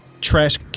trash